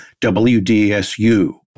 WDSU